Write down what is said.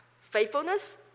faithfulness